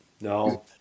No